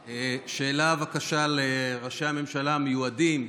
שאלה, בבקשה, לראשי הממשלה המיועדים,